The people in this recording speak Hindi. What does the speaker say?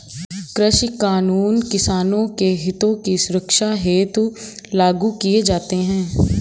कृषि कानून किसानों के हितों की सुरक्षा हेतु लागू किए जाते हैं